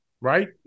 Right